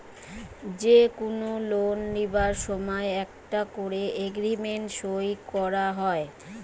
যে কুনো লোন লিবার সময় একটা কোরে এগ্রিমেন্ট সই কোরা হয়